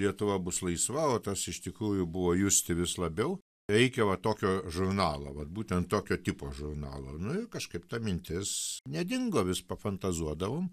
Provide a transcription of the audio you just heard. lietuva bus laisva o tas iš tikrųjų buvo justi vis labiau reikia va tokio žurnalo vat būtent tokio tipo žurnalo nu ir kažkaip ta mintis nedingo vis pafantazuodavom